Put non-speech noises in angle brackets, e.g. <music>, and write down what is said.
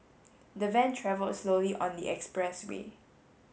<noise> the van travelled slowly on the expressway